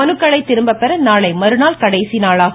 மனுக்களை திரும்பப்பெற நாளை மறுநாள் கடைசி நாளாகும்